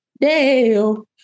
Dale